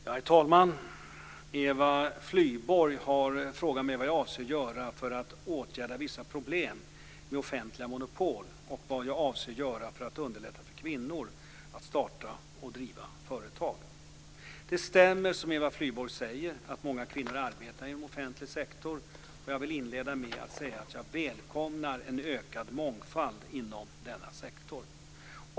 Herr talman! Eva Flyborg har frågat mig vad jag avser att göra för att åtgärda vissa problem med offentliga monopol och vad jag avser att göra för att underlätta för kvinnor att starta och driva företag. Det stämmer, som Eva Flyborg säger, att många kvinnor arbetar inom offentlig sektor, och jag vill inleda med att säga att jag välkomnar en ökad mångfald inom denna sektor.